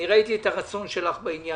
ראיתי את הרצון הטוב שלך בעניין.